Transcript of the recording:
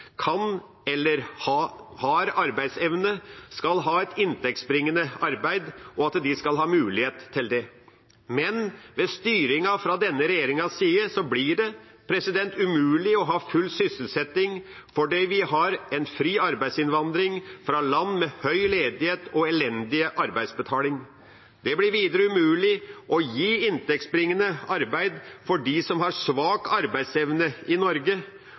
kan eller har arbeidsevne, skal ha et inntektsbringende arbeid, og at de skal ha mulighet til det. Men med styringen fra denne regjeringas side blir det umulig å ha full sysselsetting, fordi vi har en fri arbeidsinnvandring fra land med høy ledighet og elendig arbeidsbetaling. Det blir umulig å gi inntektsbringende arbeid til dem som har svak arbeidsevne i Norge.